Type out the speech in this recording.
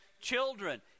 children